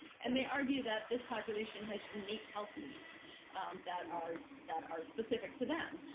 and they argue that this population has unique health needs that are that are specific to them,